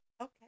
Okay